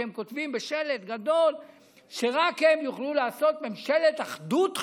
והם כותבים בשלט גדול שרק הם יוכלו לעשות ממשלת אחדות חילונית.